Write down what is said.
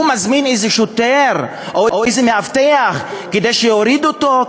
הוא מזמין איזה שוטר או איזה מאבטח כדי שיוריד אותו,